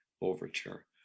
overture